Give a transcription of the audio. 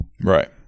Right